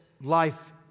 life